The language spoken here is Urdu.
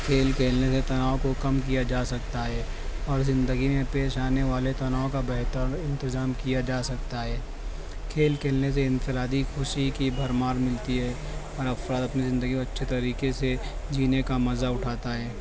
کھیل کھیلنے سے تناؤ کو کم کیا جا سکتا ہے اور زندگی میں پیش آنے والے تناؤ کا بہتر انتظام کیا جا سکتا ہے کھیل کھیلنے سے انفرادی خوشی کی بھرمار ملتی ہے اور افراد اپنی زندگی میں اچھے طریقے سے جینے کا مزہ اٹھاتا ہے